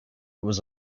was